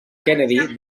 kennedy